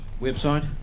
Website